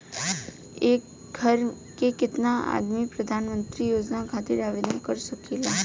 एक घर के केतना आदमी प्रधानमंत्री योजना खातिर आवेदन कर सकेला?